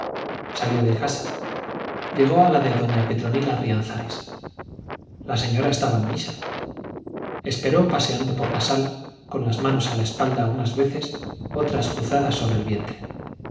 salió de casa llegó a la de doña petronila rianzares la señora estaba en misa esperó paseando por la sala con las manos a la espalda unas veces otras cruzadas sobre el vientre